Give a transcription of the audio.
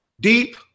deep